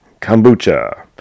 Kombucha